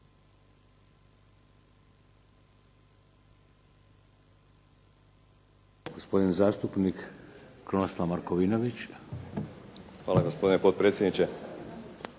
Hvala gospodine potpredsjedniče.